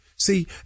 See